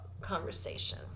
conversation